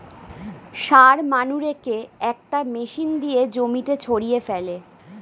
সার মানুরেকে একটা মেশিন দিয়ে জমিতে ছড়িয়ে ফেলে